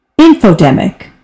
Infodemic